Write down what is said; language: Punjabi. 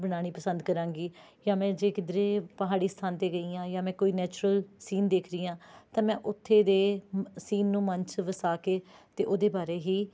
ਬਣਾਉਣੀ ਪਸੰਦ ਕਰਾਂਗੀ ਜਾਂ ਮੈਂ ਜੇ ਕਿੱਧਰੇ ਪਹਾੜੀ ਸਥਾਨ 'ਤੇ ਗਈ ਹਾਂ ਜਾਂ ਮੈਂ ਕੋਈ ਨੈਚੂਰਲ ਸੀਨ ਦੇਖ ਰਹੀ ਹਾਂ ਤਾਂ ਮੈਂ ਉੱਥੇ ਦੇ ਸੀਨ ਨੂੰ ਮਨ 'ਚ ਵਸਾ ਕੇ ਅਤੇ ਉਹਦੇ ਬਾਰੇ ਹੀ